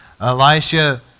elisha